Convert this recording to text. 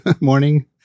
morning